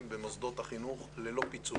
במוסדות החינוך ללא פיצול.